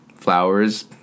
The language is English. Flowers